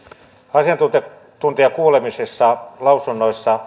asiantuntijakuulemisissa lausunnoissa